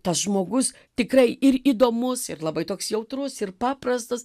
tas žmogus tikrai ir įdomus ir labai toks jautrus ir paprastas